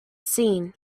seen